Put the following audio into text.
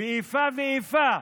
באיפה ואיפה